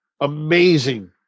amazing